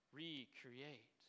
recreate